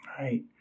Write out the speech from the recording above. Right